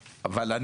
אבל,